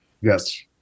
Yes